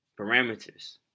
Parameters